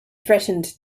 threatened